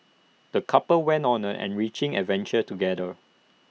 the couple went on an enriching adventure together